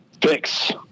fix